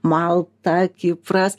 malta kipras